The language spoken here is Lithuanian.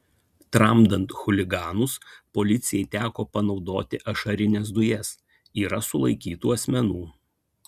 tramdant chuliganus policijai teko panaudoti ašarines dujas yra sulaikytų asmenų